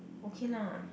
okay lah